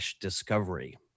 discovery